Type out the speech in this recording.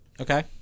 Okay